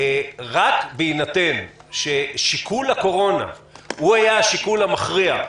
שרק בהינתן ששיקול הקורונה היה השיקול המכריע,